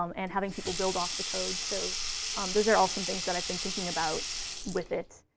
um and having people build off the code. so um those are all some things that i've been thinking about with it.